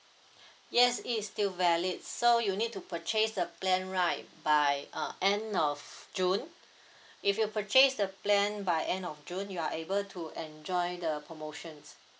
yes it is still valid so you need to purchase the plan right by uh end of june if you purchase the plan by end of june you are able to enjoy the promotions